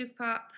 Jukepop